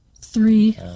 Three